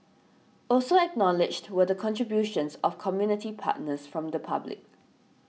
also acknowledged were the contributions of community partners from the public